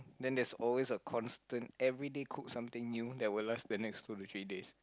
then that's always a constant everyday cook something new that will last the two to three days